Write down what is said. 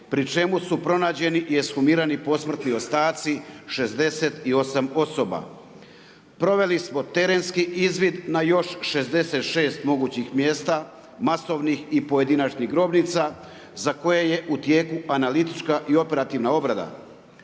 pri čemu su pronađeni i ekshumirani posmrtni ostaci 68 osoba. Proveli smo terenski izvid na još 66 mogućih mjesta, masovnih i pojedinačnih grobnica za koje je u tijeku analitička i operativna obrada.